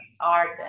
art